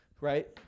Right